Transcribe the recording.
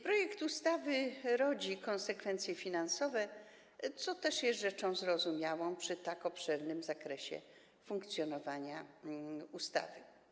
Projekt ustawy rodzi konsekwencje finansowe, co też jest rzeczą zrozumiałą przy tak obszernym zakresie funkcjonowania ustawy.